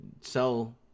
sell